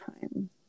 time